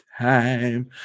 time